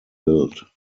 built